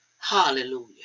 Hallelujah